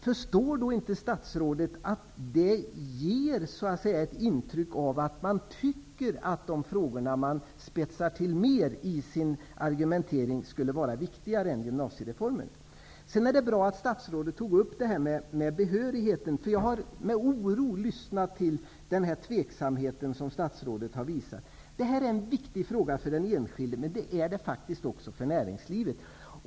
Förstår inte statsrådet att det ger ett intryck av att de frågor som man mer spetsar till i sin argumentering är viktigare än frågan om gymnasiereformen? Det är bra att statsrådet tog upp detta med behörigheten. Jag har med oro noterat den tveksamhet som statsrådet har visat. Det här är en viktig fråga för den enskilde och också faktiskt för näringslivet.